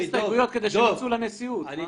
ההסתייגויות כדי שהם ייצאו לנשיאות הכנסת.